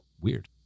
weird